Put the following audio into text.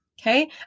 Okay